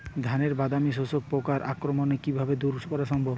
ধানের বাদামি শোষক পোকার আক্রমণকে কিভাবে দূরে করা সম্ভব?